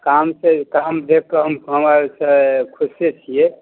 काम से काम देखि कऽ हमे आर से खुशे छियै